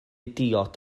diod